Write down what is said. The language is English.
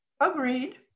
Agreed